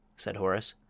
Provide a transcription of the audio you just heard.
said horace,